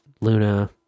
Luna